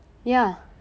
ya